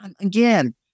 Again